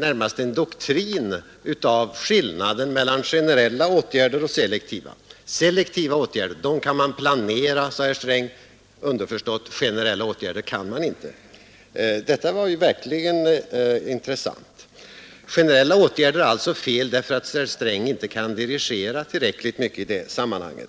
närmast skapade en doktrin av skillnaden mellan generella och selektiva åtgärder. Selektiva åtgärder kan man planera, sade herr Sträng — underförstått att generella åtgärder kan man inte planera. Detta var verkligen intressant. Generella åtgärder är alltså felaktiga därför att herr Sträng inte kan dirigera tillräckligt mycket i det sammanhanget.